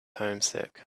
homesick